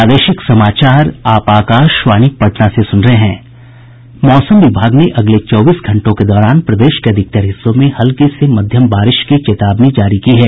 मौसम विभाग ने अगले चौबीस घंटे के दौरान प्रदेश के अधिकतर हिस्सों में हल्की से मध्यम बारिश की चेतावनी जारी की है